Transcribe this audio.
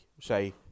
say